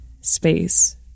space